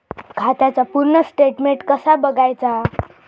खात्याचा पूर्ण स्टेटमेट कसा बगायचा?